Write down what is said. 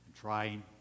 trying